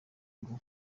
ngo